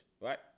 right